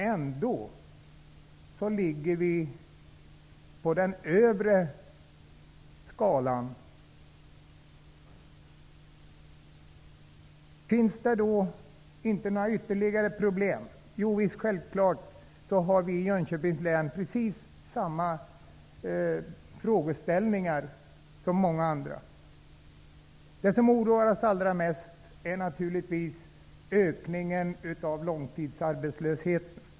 Ändå ligger vi på övre delen av skalan. Finns det inte några ytterligare problem? Jo visst, självklart ställer vi i Jönköpings län precis samma frågor som många andra. Det som vi oroas allra mest för är naturligtvis ökningen av långtidsarbetslösheten.